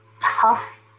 tough